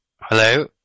Hello